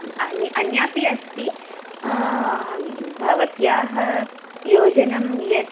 अन्या अन्यापि अस्ति भवत्याः योजनं यत्